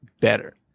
better